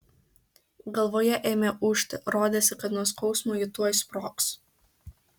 galvoje ėmė ūžti rodėsi kad nuo skausmo ji tuoj sprogs